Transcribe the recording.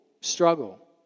struggle